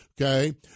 Okay